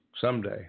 Someday